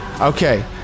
Okay